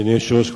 אדוני היושב-ראש,